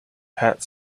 pat